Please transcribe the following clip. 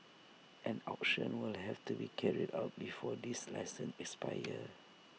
an auction will have to be carried out before these licenses expire